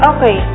Okay